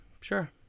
sure